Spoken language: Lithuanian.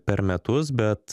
per metus bet